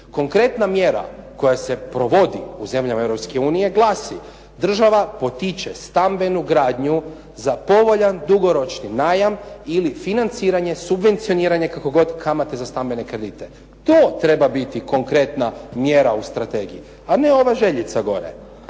Konkretna mjera koja se provodi u zemljama Europske unije glasi: država potiče stambenu gradnju za povoljan dugoročni najam ili financiranje, subvencioniranje, kako god kamate za stambene kredite. To treba biti konkretna mjera u strategiji, a ne ova željica gore.